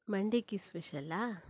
ಮಂಡಕ್ಕಿ ಸ್ಪೆಷಲ್ಲಾ